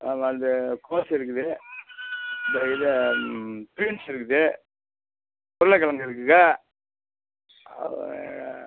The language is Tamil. அது கோஸ் இருக்குது தோ இது பீன்ஸ் இருக்குது உருளக்கிழங்கு இருக்குதுங்க